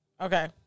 Okay